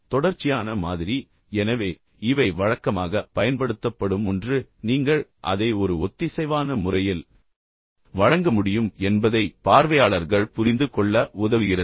எனவே தொடர்ச்சியான மாதிரி எனவே இவை வழக்கமாக பயன்படுத்தப்படும் ஒன்று நீங்கள் அதை ஒரு ஒத்திசைவான முறையில் வழங்க முடியும் என்பதை பார்வையாளர்கள் புரிந்து கொள்ள உதவுகிறது